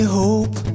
hope